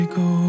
go